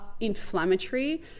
inflammatory